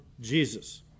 Jesus